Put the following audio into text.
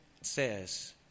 says